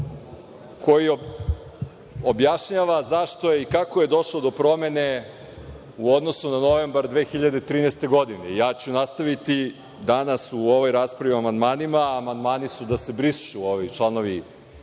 koji objašnjava kako i zašto je došlo do promene u odnosu na novembar 2013. godine. Nastaviću danas u ovoj raspravi o amandmanima, a amandmani su da se brišu ovi članovi